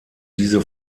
diese